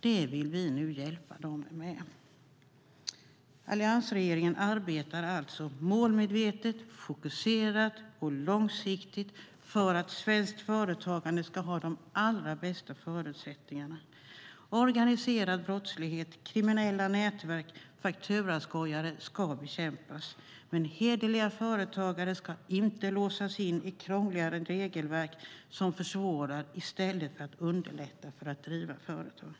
Det vill vi nu hjälpa dem med. Alliansregeringen arbetar målmedvetet, fokuserat och långsiktigt för att svenskt företagande ska få de allra bästa förutsättningarna. Organiserad brottslighet, kriminella nätverk och fakturaskojare ska bekämpas. Men hederliga företagare ska inte låsas in i krångligare regelverk som försvårar i stället för att underlätta att driva företag.